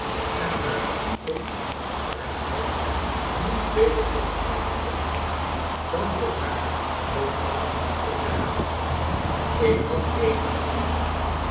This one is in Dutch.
en waarvan ik de rechtvaardigheid niet beter kan aantoonen dan door haar nogmaals te herhalen ik had